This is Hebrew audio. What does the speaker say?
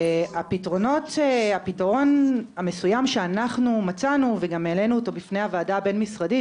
והפתרון המסוים שאנחנו מצאנו וגם העלנו אותו בפני הוועדה הבין משרדית,